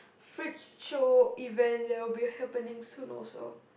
freak show event that will be happening soon event also